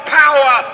power